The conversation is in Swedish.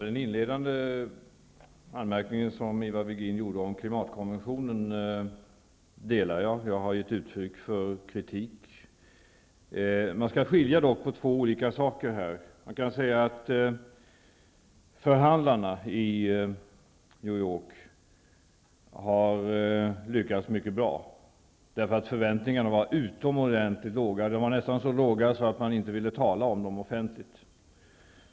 Fru talman! Jag delar den uppfattning som Ivar Virgin uttryckte i den inledande anmärkningen om klimatkonventionen, och jag har gett uttryck för min kritik. Man skall dock här skilja på två olika saker. Förhandlarna i New York har lyckats mycket bra, eftersom förväntningarna var utomordentligt låga. De var nästan så små att man inte ville tala om dem offentligt.